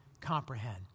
comprehend